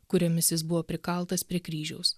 kuriomis jis buvo prikaltas prie kryžiaus